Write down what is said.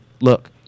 look